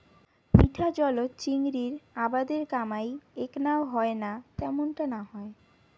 মিঠা জলত চিংড়ির আবাদের কামাই এ্যাকনাও হয়না ত্যামুনটা না হয়